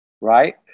right